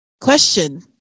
Question